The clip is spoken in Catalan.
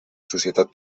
societat